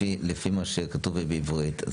לפי מה שכתוב בעברית?